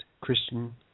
Christian